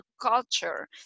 culture